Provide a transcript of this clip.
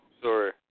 Sorry